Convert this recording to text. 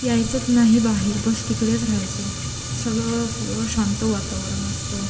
यायचंच नाही बाहेर बस तिकडेच राहायचं सगळं सगळं शांत वातावरण असतं